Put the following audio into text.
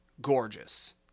gorgeous